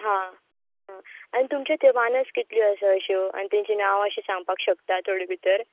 हां हां आनी तुमच्या थंय वानस कितल्यो आसा अश्यो आनी तेचें नांवां अशीं सांगपाक शकतात थोडी भितर